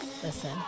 Listen